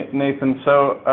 nathan. so,